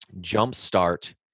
jumpstart